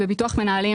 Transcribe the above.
בביטוח מנהלים,